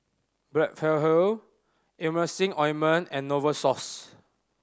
Blephagel Emulsying Ointment and Novosource